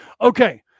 Okay